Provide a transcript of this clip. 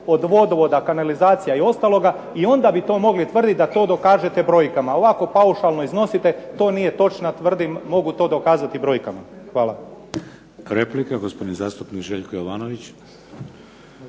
od vodovoda, kanalizacija i ostaloga i onda bi to mogli tvrditi da to dokažete brojkama, ovako paušalno iznosite, to nije točno tvrdim, mogu to dokazati i brojkama. Hvala. **Šeks, Vladimir (HDZ)** Replika, gospodin zastupnik Željko Jovanović.